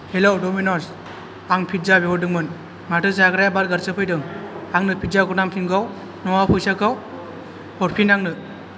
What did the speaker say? hello Domino's आं pizza बिहरदोंमोन माथो जाग्राया बार्गारसो फैदों आंनो फिज्जाखौ नांफिनगौ नङाबा फैसाखौ हरफिन आंनो